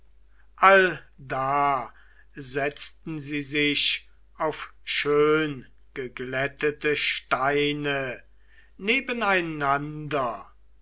allda setzten sie sich auf schöngeglättete steine